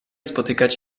spotykać